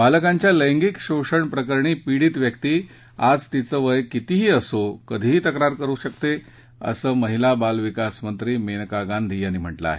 बालकांच्या लैंगिक शोषण प्रकरणी पीडित व्यक्ती आज तिचं वय कितीही असो कधीही तक्रार दाखल करु शकते असं माहिला बाल विकास मंत्री मेनकां गांधी यांनी म्हटलं आहे